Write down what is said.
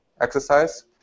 exercise